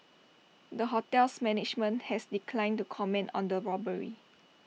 the hotel's management has declined to comment on the robbery